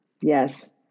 Yes